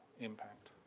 impact